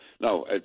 no